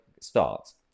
starts